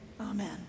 amen